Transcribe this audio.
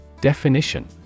Definition